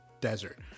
desert